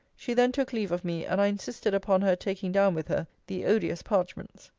she then took leave of me and i insisted upon her taking down with her the odious parchments.